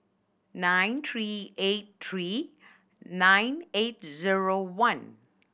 nine three eight three nine eight zero one